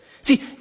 See